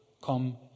Come